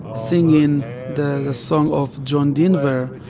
singing the song of john denver,